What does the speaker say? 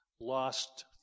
lost